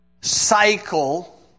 cycle